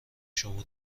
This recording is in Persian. شما